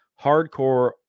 hardcore